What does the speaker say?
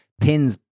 pins